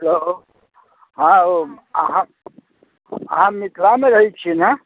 hello हॅं यौ अहाँ अहाँ मिथिला मे रहै छियै ने